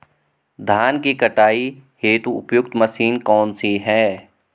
धान की कटाई हेतु उपयुक्त मशीन कौनसी है?